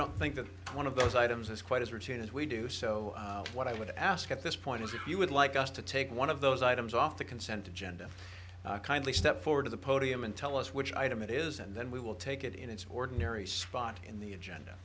don't think that one of those items is quite as rich as we do so what i would ask at this point is if you would like us to take one of those items off the consent agenda kindly step forward to the podium and tell us which item it is and then we will take it in its ordinary spot in the agenda